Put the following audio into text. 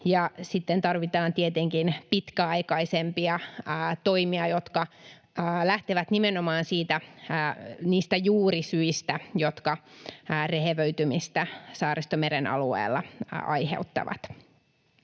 tarvitaan tietenkin pitkäaikaisempia toimia, jotka lähtevät nimenomaan niistä juurisyistä, jotka rehevöitymistä Saaristomeren alueella aiheuttavat.